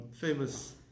famous